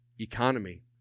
economy